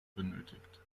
benötigt